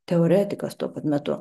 teoretikas tuo pat metu